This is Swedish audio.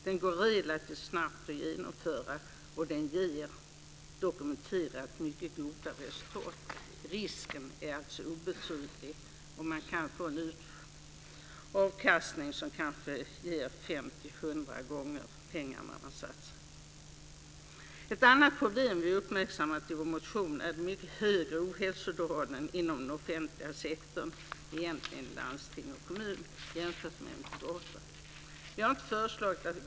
Det går relativt snabbt att genomföra, och det är dokumenterat att den ger mycket goda resultat. Risken är obetydlig, och avkastningen är 50-100 gånger pengarna man satsat. Ett annat problem vi uppmärksammat är att ohälsotalen är mycket högre inom den offentliga sektorn - egentligen landsting och kommun - än inom den privata.